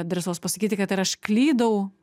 drąsos pasakyti kad ir aš klydau